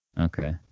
Okay